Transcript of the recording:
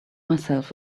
myself